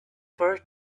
for